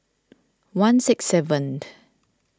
one six seven